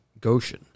Goshen